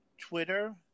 Twitter